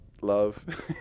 love